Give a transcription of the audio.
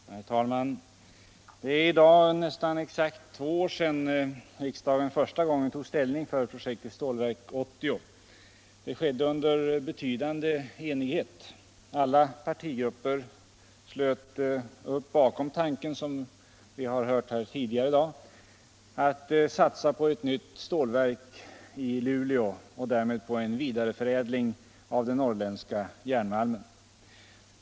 Herr talman! Det är i dag nästan exakt två år sedan riksdagen första gången tog ställning för projektet Stålverk 80. Det skedde under betydande enighet. Alla partigrupper slöt — som vi har hört tidigare i dag —- upp bakom tanken att satsa på ett nytt stålverk i Luleå och därmed på en vidareförädling av den norrländska järnmalmen.